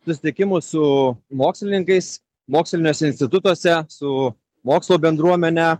susitikimų su mokslininkais moksliniuose institutuose su mokslo bendruomene